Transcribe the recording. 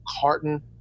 carton